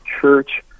Church